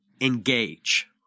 engage